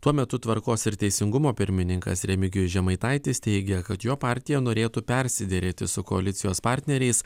tuo metu tvarkos ir teisingumo pirmininkas remigijus žemaitaitis teigia kad jo partija norėtų persiderėti su koalicijos partneriais